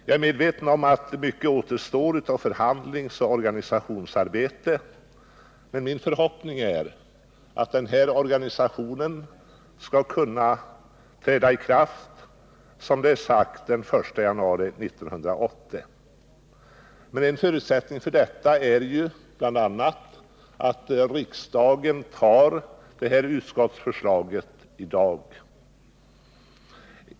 Jag är medveten om att mycket återstår av förhandlingsoch organisationsarbete, men min förhoppning är att organisationen skall kunna träda i kraft den 1 januari 1980. En förutsättning är emellertid bl.a. att riksdagen antar utskottsförslaget i dag.